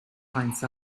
finds